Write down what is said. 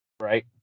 right